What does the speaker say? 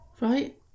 Right